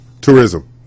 tourism